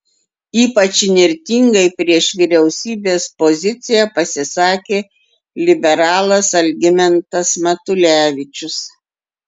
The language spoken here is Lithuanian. ypač įnirtingai prieš vyriausybės poziciją pasisakė liberalas algimantas matulevičius